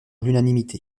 l’unanimité